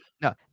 no